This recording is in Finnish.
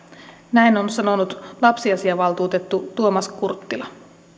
näin on sanonut lapsiasiavaltuutettu tuomas kurttila